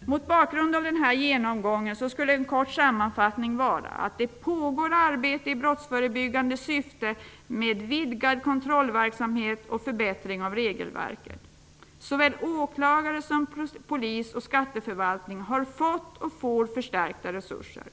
Mot bakgrund av denna genomgång skulle en kort sammanfattning vara att det pågår arbete i brottsförebyggande syfte med vidgad kontrollverksamhet och förbättrat regelverk. Såväl åklagare som polis och skatteförvaltning har fått och får förstärkta resurser.